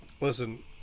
Listen